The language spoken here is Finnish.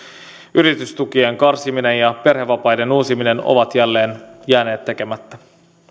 yritystukien karsiminen ja perhevapaiden uudistaminen ovat jälleen jääneet tekemättä